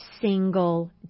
single